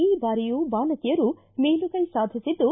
ಈ ಬಾರಿಯೂ ಬಾಲಕಿಯರು ಮೇಲುಗೈ ಸಾಧಿಸಿದ್ದು